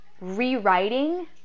rewriting